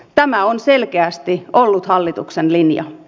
tämä on selkeästi ollut hallituksen linja